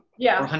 yeah.